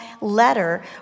letter